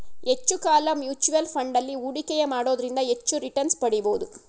ಹೆಚ್ಚು ಕಾಲ mutual fund ಅಲ್ಲಿ ಹೂಡಿಕೆಯ ಮಾಡೋದ್ರಿಂದ ಹೆಚ್ಚು ರಿಟನ್ಸ್ ಪಡಿಬೋದು